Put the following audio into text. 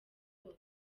bose